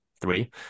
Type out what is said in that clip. three